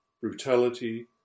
brutality